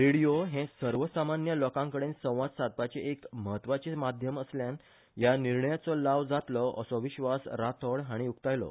रेडीओ हे सर्वसामान्य लोकांकडेन संवाद साधपाचे एक म्हत्वाचे माध्यम आसल्यान ह्या निर्णयाचो लाव जातलो असो विश्वास राठोड हाणी उक्तायलो